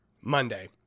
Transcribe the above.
Monday